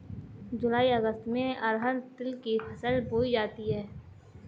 जूलाई अगस्त में अरहर तिल की फसल बोई जाती हैं